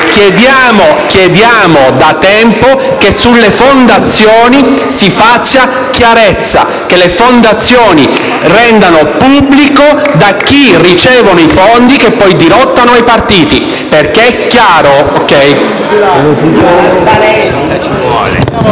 Chiediamo da tempo che sulle fondazioni si faccia chiarezza, che le fondazioni rendano pubblico da chi ricevono i fondi che poi dirottano ai partiti. *(Applausi